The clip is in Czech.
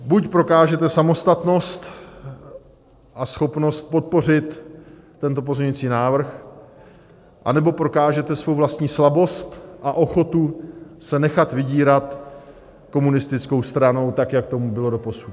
Buď prokážete samostatnost a schopnost podpořit tento pozměňovací návrh, anebo prokážete svou vlastní slabost a ochotu se nechat vydírat komunistickou stranou, tak jak tomu bylo doposud.